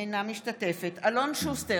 אינה משתתפת בהצבעה אלון שוסטר,